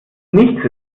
nichts